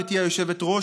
גברתי היושבת-ראש,